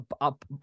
up